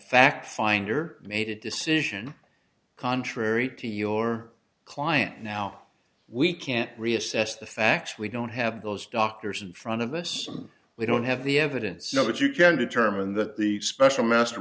fact finder made a decision contrary to your client now we can't reassess the facts we don't have those doctors in front of us we don't have the evidence you know but you can determine that the special master